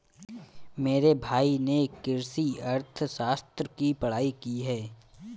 मेरे भाई ने कृषि अर्थशास्त्र की पढ़ाई की है